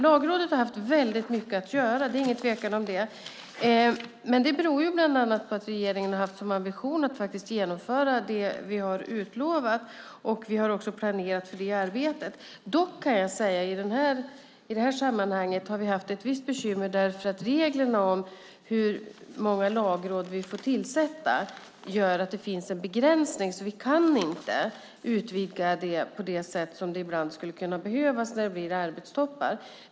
Lagrådet har haft väldigt mycket att göra - om det råder det ingen tvekan - bland annat beroende på att vi i regeringen haft ambitionen att genomföra det vi har utlovat. Vi har också planerat för det arbetet. Dock kan jag säga att vi i det här sammanhanget har haft vissa bekymmer på grund av reglerna om hur många i Lagrådet vi får tillsätta. Därmed finns det en begränsning. Vi kan alltså inte utvidga så som det ibland skulle behövas när det blir arbetstoppar.